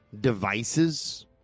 devices